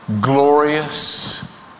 glorious